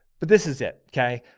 but this is it. okay.